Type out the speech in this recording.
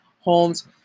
homes